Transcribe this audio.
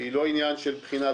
שהיא לא עניין של בחינה,